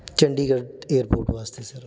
Chandigarh airport ਵਾਸਤੇ sir